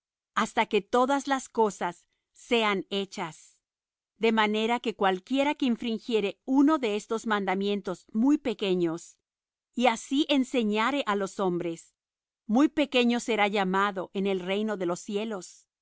hasta que todas las cosas sean hechas de manera que cualquiera que infringiere uno de estos mandamientos muy pequeños y así enseñare á los hombres muy pequeño será llamado en el reino de los cielos